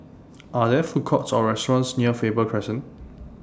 Are There Food Courts Or restaurants near Faber Crescent